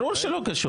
ברור שלא קשור.